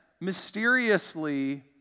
mysteriously